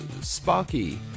Sparky